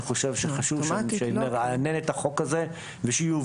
אני חושב שחשוב לרענן את החוק הזה ושיובהר.